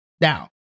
Now